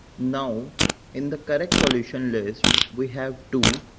now in the correct solution list, we have two,